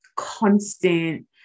constant